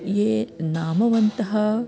ये नामवन्तः